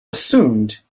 assumed